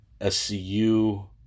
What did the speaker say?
SCU